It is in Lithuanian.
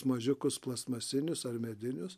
mažiukus plastmasinius ar medinius